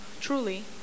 truly